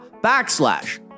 backslash